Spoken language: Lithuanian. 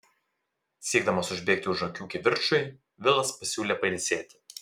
siekdamas užbėgti už akių kivirčui vilas pasiūlė pailsėti